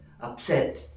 upset